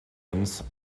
uns